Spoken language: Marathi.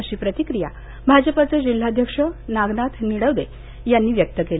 अशी प्रतिक्रीया भाजपाचे जिल्हाध्यक्ष नागनाथ निडवदे यांनी व्यक्त केली